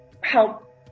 help